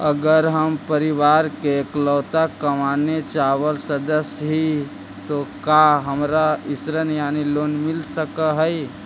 अगर हम परिवार के इकलौता कमाने चावल सदस्य ही तो का हमरा ऋण यानी लोन मिल सक हई?